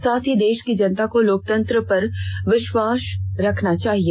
साथ ही देश की जनता को लोकतंत्र पर विश्वास रखना चाहिए